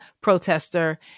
protester